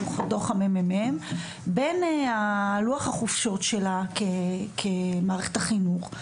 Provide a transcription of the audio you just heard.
בין לוח החופשות של כמערכת החינוך,